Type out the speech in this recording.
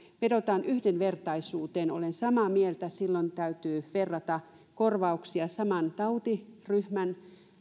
vedotaan yhdenvertaisuuteen olen samaa mieltä silloin täytyy verrata korvauksia saman tautiryhmän